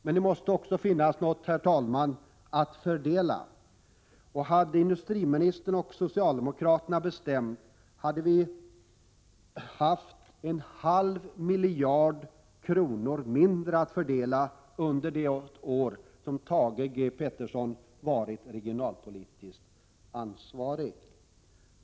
Men det måste också, herr talman, finnas något att fördela. Om industriministern och socialdemokraterna bestämt hade vi haft en halv miljard kronor mindre att fördela under de år som Thage G Peterson varit regionalpolitiskt ansvarig.